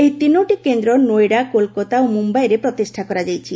ଏହି ଡିନୋଟି କେନ୍ଦ୍ର ନୋଇଡା କୋଲକତା ଓ ମୁମ୍ଭାଇରେ ପ୍ରତିଷ୍ଠା କରାଯାଇଛି